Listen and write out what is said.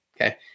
okay